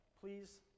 please